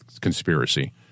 conspiracy